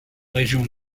région